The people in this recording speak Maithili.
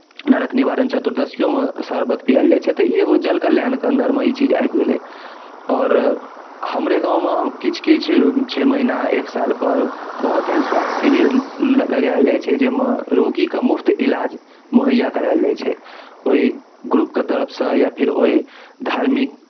नरक निवारण चतुर्दशिओमे शर्बत पियाओल जाइ छै तऽ ई एगो जन कल्याणके अन्दरमे ई चीज आबि गेलै आओर हमरे गाँवमे किछु किछु छओ महीना एक सालपर बहुत एहन स्वास्थय शिविर ल लगायल जाइ छै जाहिमे रोगीकेँ मुफ्त इलाज मोहय्या करायल जाइ छै ओहि ग्रुपके तरफसँ या फेर ओहि धार्मिक